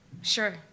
Sure